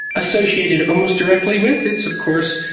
associated almost directly with its, of course,